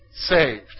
saved